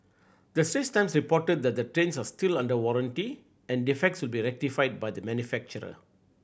the Straits Times reported that the trains are still under warranty and defects would be rectified by the manufacturer